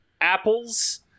apples